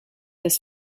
his